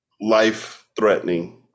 life-threatening